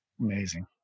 Amazing